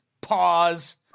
Pause